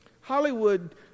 Hollywood